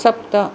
सप्त